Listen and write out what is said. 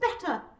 better